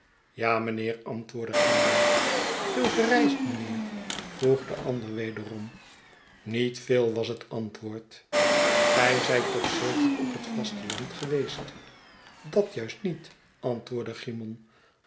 ja mynheer i antwoorde cymon veel gereisd mynheer vroeg de ander wederom niet veel was het antwoord gij zijt toch zeker op het vasteland geweest dat juistniet antwoordde cymon